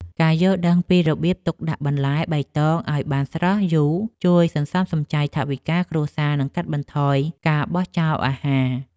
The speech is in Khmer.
ការយល់ដឹងពីរបៀបទុកដាក់បន្លែបៃតងឱ្យបានស្រស់យូរជួយសន្សំសំចៃថវិកាគ្រួសារនិងកាត់បន្ថយការបោះចោលអាហារ។